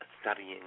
Studying